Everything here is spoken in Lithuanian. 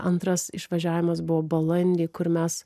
antras išvažiavimas buvo balandį kur mes